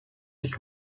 sich